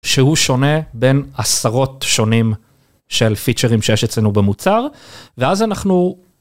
שהוא שונה בין עשרות שונים של פיצ'רים שיש אצלנו במוצר ואז אנחנו.